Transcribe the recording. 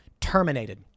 terminated